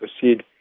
proceed